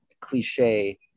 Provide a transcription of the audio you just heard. cliche